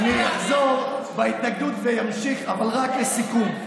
אני אחזור בהתנגדות ואמשיך, אבל רק לסיכום.